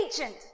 agent